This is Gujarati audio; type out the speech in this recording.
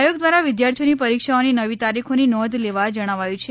આયોગ દ્વારા વિદ્યાર્થીઓને પરીક્ષાઓની નવી તારીખોની નોંધ લેવા જણાવાયું છે